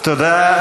תודה,